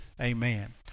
Amen